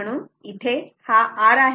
म्हणून इथे हा r आहे